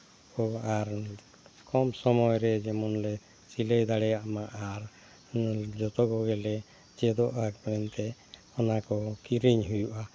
ᱠᱚ ᱟᱨ ᱠᱚᱢ ᱥᱚᱢᱚᱭ ᱨᱮ ᱡᱮᱢᱚᱱ ᱞᱮ ᱥᱤᱞᱟᱹᱭ ᱫᱟᱲᱮᱭᱟᱜᱢᱟ ᱟᱨ ᱡᱚᱛᱚ ᱠᱚᱜᱮ ᱞᱮ ᱪᱮᱫᱚᱜᱼᱟ ᱢᱮᱱᱛᱮ ᱚᱱᱟ ᱠᱚ ᱠᱤᱨᱤᱧ ᱦᱩᱭᱩᱜᱼᱟ